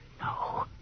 No